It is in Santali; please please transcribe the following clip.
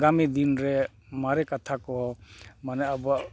ᱟᱜᱟᱢᱤ ᱫᱤᱱᱨᱮ ᱢᱟᱨᱮ ᱠᱟᱛᱷᱟ ᱠᱚ ᱢᱟᱱᱮ ᱟᱵᱚᱣᱟᱜ